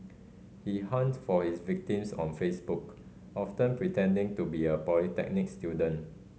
he hunted for his victims on Facebook often pretending to be a polytechnic student